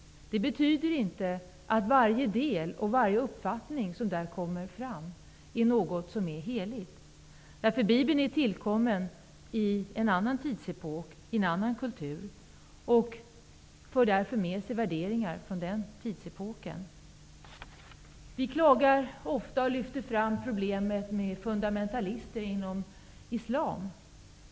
Det betyder inte att varje del och varje uppfattning som där kommer fram är helig. Bibeln är tillkommen i en annan tidsepok i en annan kultur och för därför med sig värderingar från den tidsepoken. Vi klagar ofta över problemet med fundamentalister inom islam.